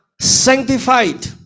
sanctified